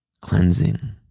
cleansing